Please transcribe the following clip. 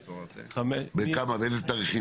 באיזה תאריכים?